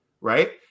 right